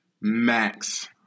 max